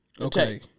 Okay